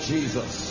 Jesus